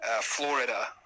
Florida